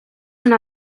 una